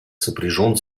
сопряжен